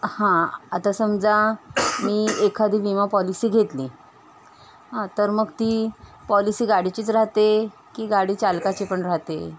हां आता समजा मी एखादी विमा पॉलिसी घेतली तर मग ती पॉलिसी गाडीचीच राहते की गाडीचालकाची पण राहते